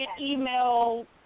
email